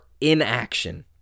inaction